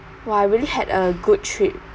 !wah! I really had a good trip